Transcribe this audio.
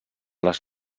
les